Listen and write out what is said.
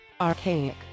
archaic